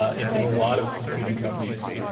ah in a lot of computing companies.